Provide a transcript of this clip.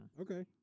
Okay